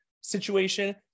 situation